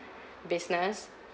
business